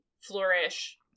flourish